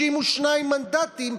62 מנדטים,